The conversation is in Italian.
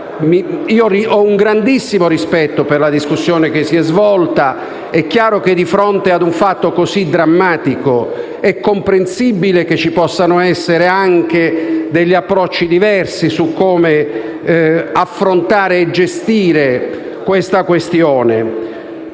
ho un grandissimo rispetto per la discussione che si è svolta. È comprensibile che di fronte a un fatto così drammatico ci possano essere degli approcci diversi su come affrontare e gestire la questione.